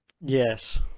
Yes